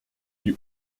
die